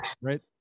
right